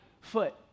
foot